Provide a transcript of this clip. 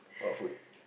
what food